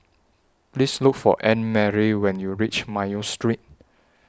Please Look For Annemarie when YOU REACH Mayo Street